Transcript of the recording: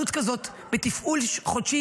תפעול חודשי